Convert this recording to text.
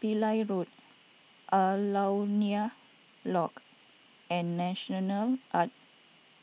Pillai Road Alaunia Lodge and National Arts